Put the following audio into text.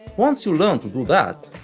once you learned to do that,